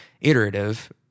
iterative